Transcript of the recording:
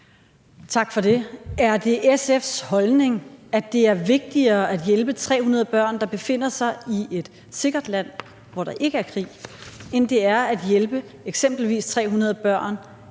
Tak for det. Er det SF's holdning, at det er vigtigere at hjælpe 300 børn, der befinder sig i et sikkert land, hvor der ikke er krig, end det er at hjælpe eksempelvis 300 børn